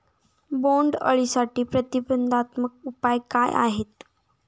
बोंडअळीसाठी प्रतिबंधात्मक उपाय काय आहेत?